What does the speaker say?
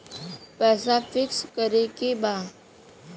पैसा पिक्स करके बा?